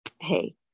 Hey